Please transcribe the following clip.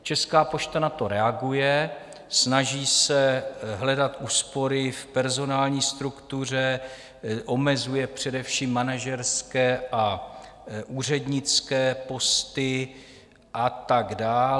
Česká pošta na to reaguje, snaží se hledat úspory v personální struktuře, omezuje především manažerské a úřednické posty a tak dál.